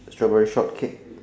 a strawberry shortcake